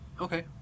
Okay